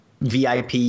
vip